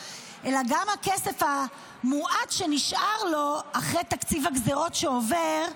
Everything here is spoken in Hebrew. אלא גם הכסף המועט שנשאר לו אחרי תקציב הגזרות שעובר,